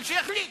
אבל שיחליט,